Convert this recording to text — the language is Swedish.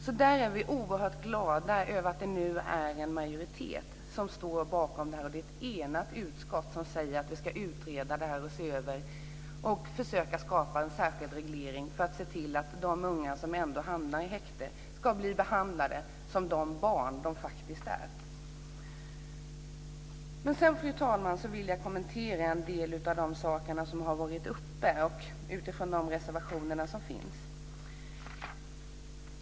Vi är alltså oerhört glada över att det nu är en majoritet som står bakom detta. Ett enigt utskott säger att vi ska utreda och se över detta och försöka skapa en särskild reglering för att se till att de unga som ändå hamnar i häkte ska bli behandlade som de barn de faktiskt är. Men sedan, fru talman, vill jag kommentera en del av de saker som varit uppe i debatten utifrån de reservationer som finns.